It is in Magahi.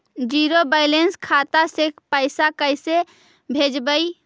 जीरो बैलेंस खाता से पैसा कैसे भेजबइ?